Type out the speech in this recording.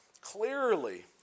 Clearly